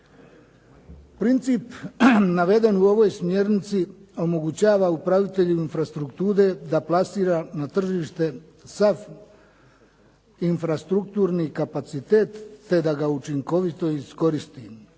Princip naveden u ovoj smjernici omogućava upraviteljima infrastrukture da plasira na tržište sav infrastrukturni kapacitet te da ga učinkovito iskoristi.